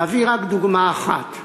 ואביא רק דוגמה אחת: